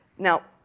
now,